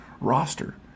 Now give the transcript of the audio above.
roster